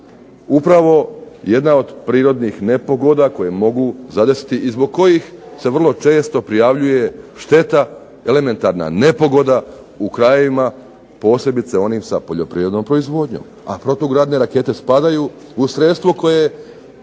upravo jedna od prirodnih nepogoda koje mogu zadesiti i zbog kojih se vrlo često prijavljuje šteta, elementarna nepogoda u krajevima posebice onih sa poljoprivrednom proizvodnjom, a protugradne rakete spadaju u sredstvo koje